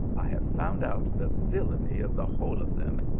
i have found out the villainy of the whole of them,